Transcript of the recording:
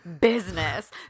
business